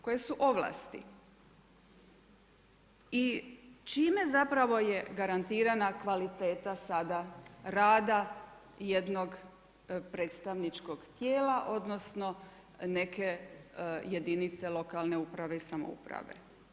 Koje su ovlasti i čime zapravo je garantirana kvaliteta sada rada jednog predstavničkog tijela, odnosno neke jedinice lokalne uprave i samouprave.